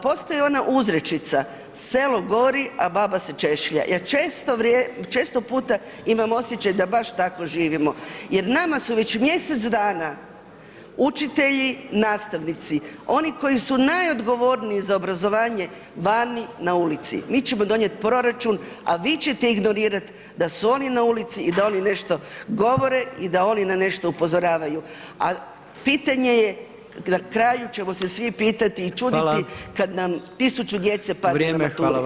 Postoji ona uzrečica, „Selo govori a baba se češlja“, ja često puta imam osjećaj da baš živimo jer nama su već mjesec dana učitelji, nastavnici, oni koji su najodgovorniji za obrazovanje vani na ulici, mi ćemo donijeti proračun a vi ćete ih donirati da su oni na ulici i da oni nešto govore i da oni na nešto upozoravaju a pitanje je, na kraju ćemo se svi pitati i čuditi kad nam tisuću djece padne na maturi, hvala lijepo.